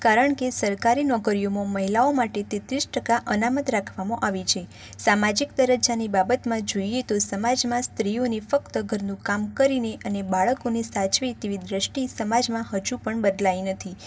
કારણ કે સરકારી નોકરીઓમાં મહિલાઓ માટે તેત્રીસ ટકા અનામત રાખવામાં આવી છે સામાજિક દરજ્જાની બાબતમાં જોઈએ તો સમાજમાં સ્ત્રીઓને ફક્ત ઘરનું કામ કરીને અને બાળકોને સાચવે તેવી દૃષ્ટિ સમાજમાં હજુ પણ બદલાઈ નથી